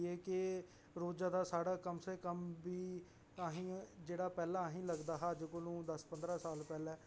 एह् के जेहड़ा रोजै दा सारा कम से कम जेहड़ा पैह्लें लगदा दस पदरां साल पैह्लें